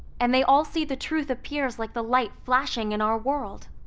and they all see the truth appears like the light flashing in our world.